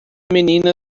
menina